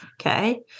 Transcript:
okay